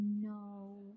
No